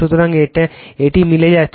সুতরাং এটি মিলে যাচ্ছে